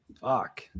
Fuck